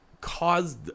caused